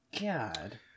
God